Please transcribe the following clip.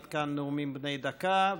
עד כאן נאומים בני דקה.